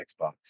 Xbox